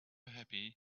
happy